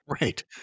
Right